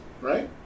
right